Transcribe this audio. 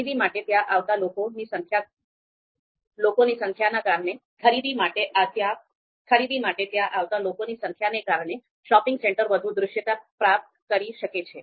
ખરીદી માટે ત્યાં આવતા લોકોની સંખ્યાને કારણે શોપિંગ સેન્ટર વધુ દૃશ્યતા પ્રાપ્ત કરી શકે છે